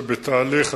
זה בתהליך,